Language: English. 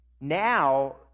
Now